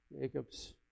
Jacob's